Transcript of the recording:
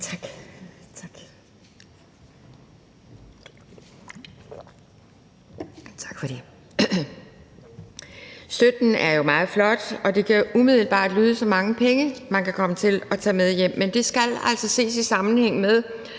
hjem igen. Støtten er jo meget flot, og det kan umiddelbart lyde som mange penge, man kan komme til at tage med hjem, men det skal altså ses i sammenhæng med,